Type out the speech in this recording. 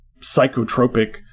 psychotropic